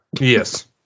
Yes